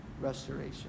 restoration